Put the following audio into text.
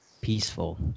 Peaceful